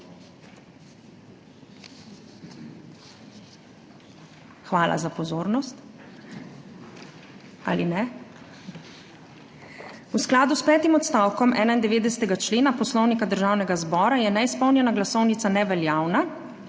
Hvala za pozornost. Ali ne. V skladu s petim odstavkom 91. člena Poslovnika Državnega zbora je neizpolnjena glasovnica neveljavna.